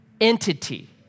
entity